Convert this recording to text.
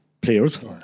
players